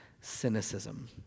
cynicism